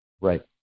Right